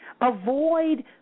avoid